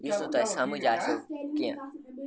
یُس نہٕ تۄہہِ سَمٕجھ آسیو کینٛہہ